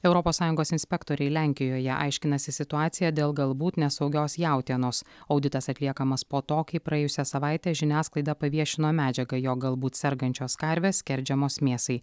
europos sąjungos inspektoriai lenkijoje aiškinasi situaciją dėl galbūt nesaugios jautienos auditas atliekamas po to kai praėjusią savaitę žiniasklaida paviešino medžiagą jog galbūt sergančios karvės skerdžiamos mėsai